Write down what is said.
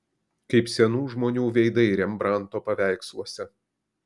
kaip senų žmonių veidai rembrandto paveiksluose